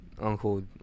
uncle